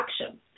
action